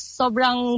sobrang